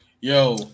Yo